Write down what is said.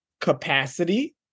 capacity